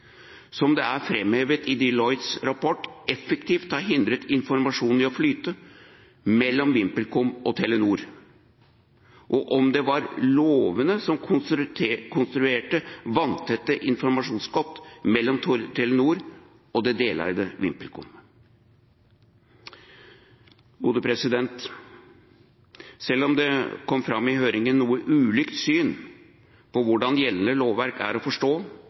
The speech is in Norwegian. visstnok kalles – som i Deloittes rapport er framhevet effektivt å ha hindret informasjon i å flyte mellom VimpelCom og Telenor, og om det var lovene som konstruerte vanntette informasjonsskott mellom Telenor og deleide VimpelCom. Selv om det i høringen kom fram at det er noe ulikt syn på hvordan gjeldende lovverk er å forstå,